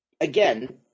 again